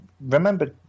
remember